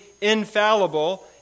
infallible